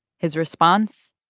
his response?